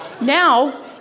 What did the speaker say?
Now